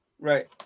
right